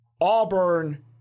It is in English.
Auburn